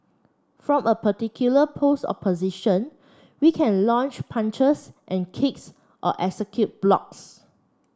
from a particular pose or position we can launch punches and kicks or execute blocks